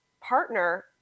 partner